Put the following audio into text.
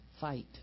fight